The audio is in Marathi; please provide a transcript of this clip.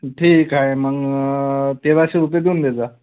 ठीक आहे मग तेराशे रुपये देऊन देजा